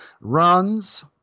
runs